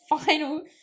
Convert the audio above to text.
final